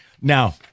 Now